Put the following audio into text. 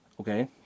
Okay